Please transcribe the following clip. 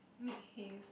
make haste